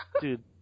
Dude